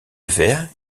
verre